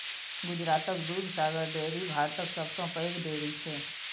गुजरातक दुधसागर डेयरी भारतक सबसँ पैघ डेयरी छै